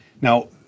Now